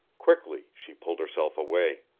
quickly she pulled herself away.